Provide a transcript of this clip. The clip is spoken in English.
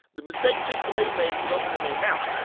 the mistake chick-fil-a made was opening they mouth